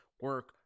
Work